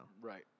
Right